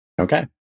Okay